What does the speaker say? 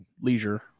leisure